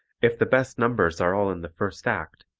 if the best numbers are all in the first act,